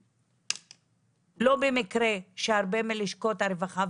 לא במקרה שהרבה מלשכות הרווחה,